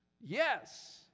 Yes